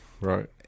right